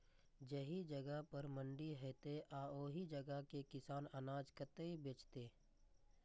जाहि जगह पर मंडी हैते आ ओहि जगह के किसान अनाज कतय बेचते?